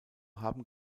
haben